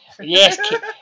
Yes